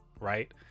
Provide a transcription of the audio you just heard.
right